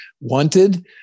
wanted